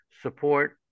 support